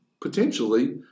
potentially